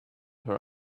her